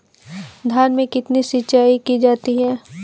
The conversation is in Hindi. धान में कितनी सिंचाई की जाती है?